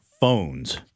phones